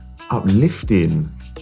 uplifting